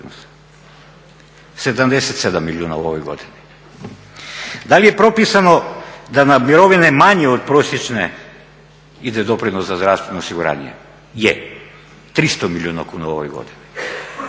77 milijuna u ovoj godini. Da li je propisano da na mirovine manje od prosječne ide doprinos za zdravstveno osiguranje? Je, 300 milijuna kuna u ovoj godini.